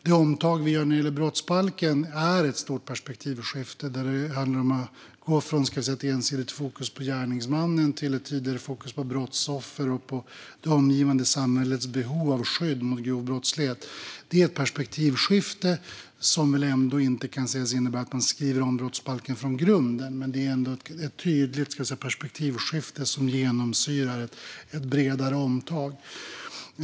Det omtag vi gör när det gäller brottsbalken är ett stort perspektivskifte, där det handlar om att gå från ett ensidigt fokus på gärningsmannen till ett tydligare fokus på brottsoffer och på det omgivande samhällets behov av skydd mot grov brottslighet. Det är ett perspektivskifte som väl ändå inte kan sägas innebära att man skriver om brottsbalken från grunden. Men det är ett tydligt perspektivskifte som genomsyrar ett bredare omtag.